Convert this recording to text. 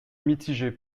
mitigé